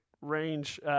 range